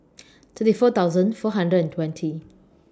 thirty four thousand four hundred and twenty